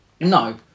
No